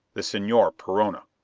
the senor perona.